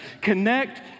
Connect